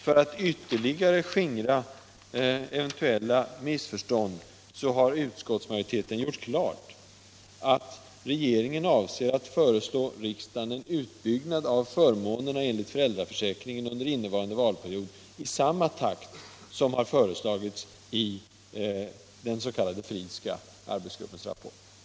För att ytterligare skingra eventuella missförstånd har utskottsmajoriteten gjort klart att regeringen avser att föreslå riksdagen en utbyggnad av förmånerna enligt föräldraförsäkringen under innevarande valperiod i samma takt som föreslagits i den s.k. Fridhska arbetsgruppens rapport.